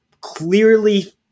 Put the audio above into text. clearly